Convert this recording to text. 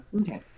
Okay